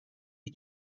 you